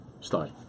Start